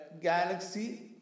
galaxy